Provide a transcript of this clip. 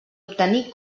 obtenir